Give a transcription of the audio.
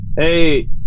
Hey